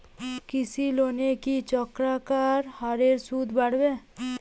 কৃষি লোনের কি চক্রাকার হারে সুদ বাড়ে?